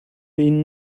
энэ